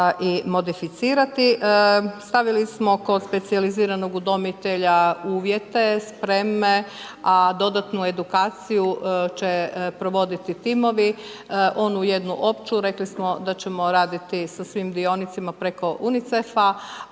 i modificirati. Stavili smo kod specijaliziranog udomitelja uvjete, spremne, a dodatnu edukaciju, će provoditi timovi. Onu jednu opću, rekli smo da ćemo raditi sa svim dionicima preko UNICEF-a,